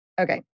Okay